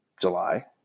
July